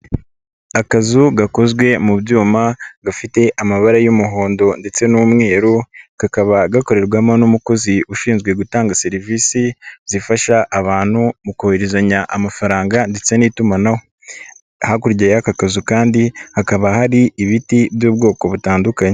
kazu gakozwe mu byuma gafite amabara y'umuhondo ndetse n'umweru kakaba gakorerwamo n'umukozi ushinzwe gutanga serivisi zifasha abantu mu kohererezanya amafaranga ndetse n'itumanaho hakurya y'aka kazu kandi hakaba hari ibiti by'ubwoko butandukanye.